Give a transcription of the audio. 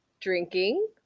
drinking